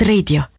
Radio